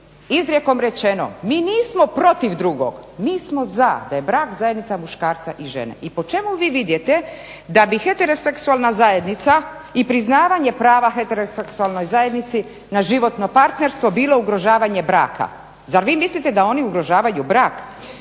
izrijekom rečeno mi nismo protiv drugog, mi smo za da je brak zajednica muškarca i žene. I po čemu vi vidite da bi heteroseksualna zajednica i priznavanje prava heteroseksualnoj zajednici na životno partnerstvo bilo ugrožavanje braka? Zar vi mislite da oni ugrožavaju brak?